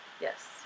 Yes